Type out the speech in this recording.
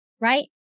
right